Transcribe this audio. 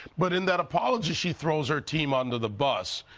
but in that apology she throws her team under the bus.